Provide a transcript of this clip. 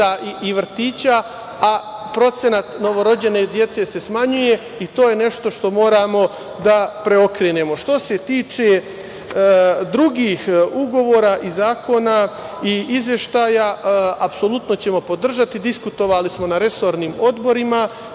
i vrtića, a procenat novorođene dece se smanjuje i to je nešto što moramo da preokrenemo. Što se tiče drugih ugovora i zakona i izveštaja, apsolutno ćemo podržati. Diskutovali smo na resornim odborima.